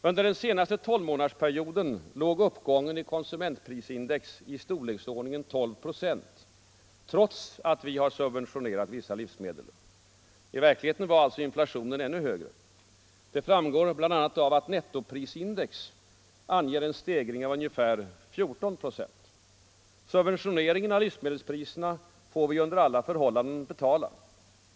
Under den senaste tolvmånadersperioden låg uppgången i konsumentprisindex i storleksordningen 12 procent, trots att vi har subventionerat vissa livsmedel. I verkligheten var alltså inflationen ännu högre. Det framgår bl.a. av nettoprisindex, som anger en stegring av ungefär 14 procent. Subventioneringen av livsmedelspriserna får vi ju under alla förhållanden betala.